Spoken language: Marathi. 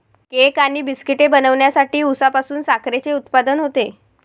केक आणि बिस्किटे बनवण्यासाठी उसापासून साखरेचे उत्पादन होते